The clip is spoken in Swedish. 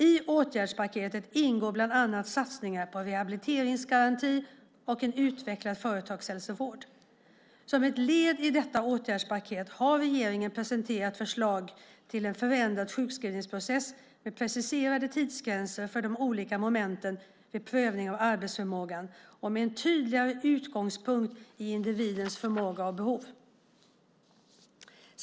I åtgärdspaketet ingår bland annat satsningar på en rehabiliteringsgaranti och en utvecklad företagshälsovård. Som ett led i detta åtgärdspaket har regeringen presenterat förslag till en förändrad sjukskrivningsprocess med preciserade tidsgränser för de olika momenten vid prövningen av arbetsförmågan och med en tydligare utgångspunkt i individens förmåga och behov.